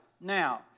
Now